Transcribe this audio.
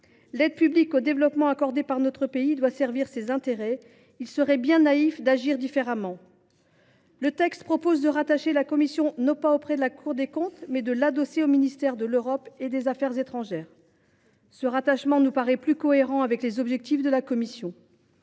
l’aide publique au développement accordée par notre pays doit servir nos intérêts – il serait bien naïf d’agir différemment. Les auteurs du texte proposent de rattacher la commission non à la Cour des comptes, mais au ministre de l’Europe et des affaires étrangères. Ce rattachement nous paraît plus cohérent avec les objectifs de la commission.